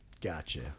gotcha